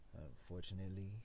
Unfortunately